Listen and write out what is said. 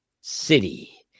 City